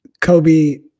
Kobe